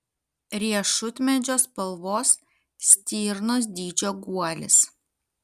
riešutmedžio spalvos stirnos dydžio guolis